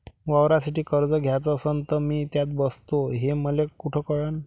वावरासाठी कर्ज घ्याचं असन तर मी त्यात बसतो हे मले कुठ कळन?